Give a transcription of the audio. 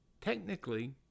technically